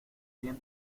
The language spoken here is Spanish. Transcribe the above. bien